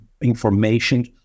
information